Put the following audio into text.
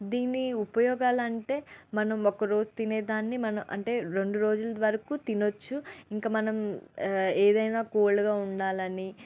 దీన్ని ఉపయోగాలంటే మనం ఒకరోజు తినేదాన్ని మన అంటే రెండు రోజుల వరకు తినొచ్చు ఇంక మనం ఏదైనా కోల్డ్గా ఉండాలని